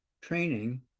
training